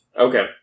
Okay